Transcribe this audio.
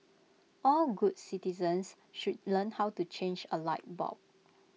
all good citizens should learn how to change A light bulb